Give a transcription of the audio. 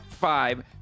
five